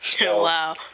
Wow